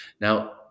Now